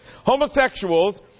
homosexuals